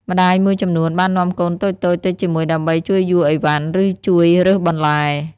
ម្ដាយមួយចំនួនបាននាំកូនតូចៗទៅជាមួយដើម្បីជួយយួរអីវ៉ាន់ ឬជួយរើសបន្លែ។